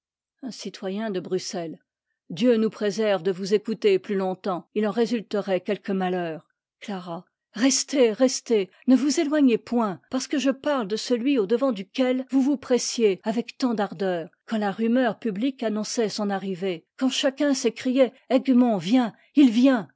un citoyen de bruxelles dieu nous préserve de vous écouter plus longtemps il en résulterait quelque malheur clara restez restez ne vous éloignez point parce que je parle de celui au-devant duquel vous vous pressiez avec tant d'ardeur quand la rumeur publique annonçait son arrivée quand chacun s'écriait egmont vient il vient